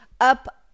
up